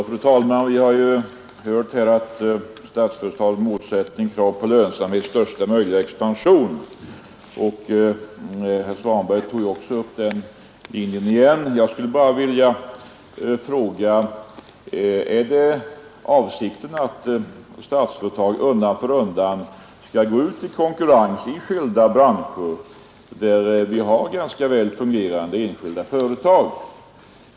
Fru talman! Vi har ju hört att Statsföretags målsättning är att under krav på lönsamhet uppnå största möjliga expansion, och herr Svanberg anknöt till detta. Jag vill bara fråga: Är det avsikten att Statsföretag undan för undan skall gå ut och konkurrera i skilda branscher där det finns ganska väl fungerande enskilda företag?